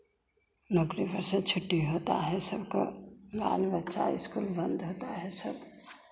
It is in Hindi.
नौकरी पर से छुट्टी होता है सबको बाल बच्चा स्कूल बंद होता है सब